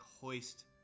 hoist